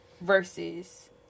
versus